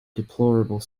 deplorable